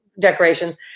decorations